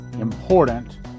important